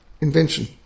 invention